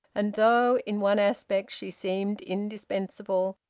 and though in one aspect she seemed indispensable,